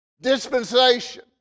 dispensation